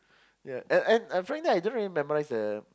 yeah and and apparently I don't really memorise the